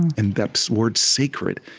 and that word, sacred,